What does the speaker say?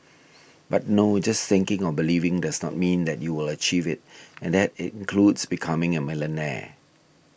but no just thinking or believing does not mean that you will achieve it and that includes becoming a millionaire